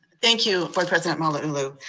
thank you board president malauulu.